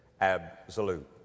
absolute